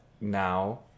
now